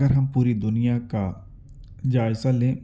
اگر ہم پوری دنیا کا جائزہ لیں